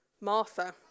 Martha